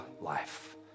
life